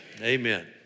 Amen